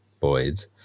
boys